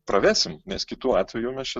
pravesim nes kitu atveju mes čia